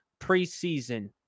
preseason